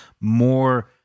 more